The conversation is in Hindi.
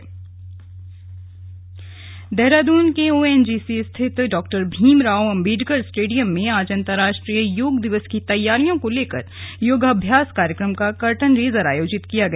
कर्टन रेजर देहरादून के ओएनजीसी स्थित डॉ भीम राव अम्बेडकर स्टेडियम में आज अर्न्तराष्ट्रीय योग दिवस की तैयारियों को लेकर योगाभ्यास कार्यक्रम का कर्टन रेजर आयोजित किया गया